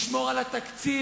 לשמור על התקציב,